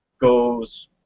goes